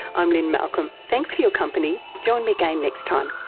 i'm lynne malcolm, thanks for your company, join me again next time.